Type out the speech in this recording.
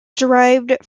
derived